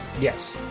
Yes